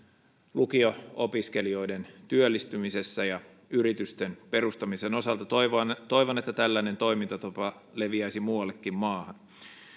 lukio opiskelijoiden työllistymisessä ja yritysten perustamisen osalta toivon että tällainen toimintatapa leviäisi muuallekin maahan